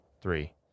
three